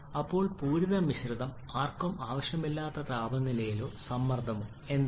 ഇപ്പോൾ പൂരിത മിശ്രിതം ആർക്കും ആവശ്യമായ താപനിലയോ സമ്മർദ്ദമോ എന്താണ്